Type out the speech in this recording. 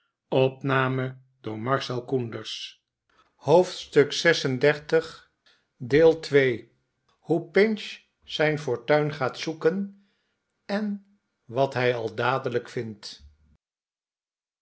hoofdstuk xxxvi hoe pinch zijn fortuin gaat zoeken en wat hij al dadelijk vindt